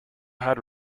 had